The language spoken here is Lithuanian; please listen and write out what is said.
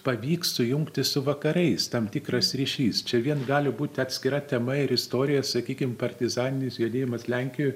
pavyks sujungti su vakarais tam tikras ryšys čia vien gali būti atskira tema ir istorija sakykim partizaninis judėjimas lenkijoj